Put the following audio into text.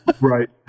Right